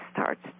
starts